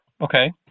Okay